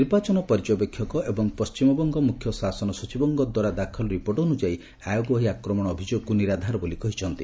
ନିର୍ବାଚନ ପର୍ଯ୍ୟବେକ୍ଷକ ଏବଂ ପଣ୍ଢିମବଙ୍ଗ ମୁଖ୍ୟ ଶାସନ ସଚିବଙ୍କଦ୍ୱାରା ଦାଖଲ ରିପୋର୍ଟ ଅନୁଯାୟୀ ଆୟୋଗ ଏହି ଆକ୍ରମଣ ଅଭିଯୋଗକୁ ନିରାଧାର ବୋଲି କହିଛନ୍ତି